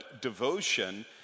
devotion